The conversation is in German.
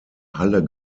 halle